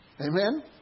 Amen